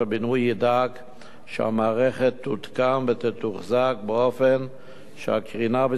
ידאג שהמערכת תותקן ותתוחזק באופן שהקרינה בסביבתה